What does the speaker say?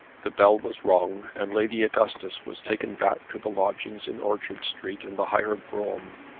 the bell was rung, and lady augustus was taken back to the lodgings in orchard street in the hired brougham.